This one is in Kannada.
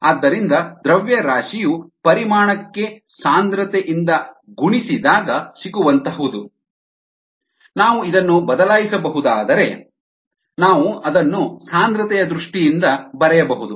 ಆದ್ದರಿಂದ ದ್ರವ್ಯರಾಶಿಯು ಪರಿಮಾಣಕ್ಕೆ ಸಾಂದ್ರತೆ ಇಂದ ಗುಣಿಸಿದಾಗ ಸಿಗುವಂಥಹುದು ಮತ್ತು ನಾವು ಇದನ್ನು ಬದಲಾಯಿಸಬಹುದಾದರೆ ನಾವು ಅದನ್ನು ಸಾಂದ್ರತೆಯ ದೃಷ್ಟಿಯಿಂದ ಬರೆಯಬಹುದು